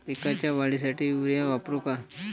पिकाच्या वाढीसाठी युरिया वापरू का?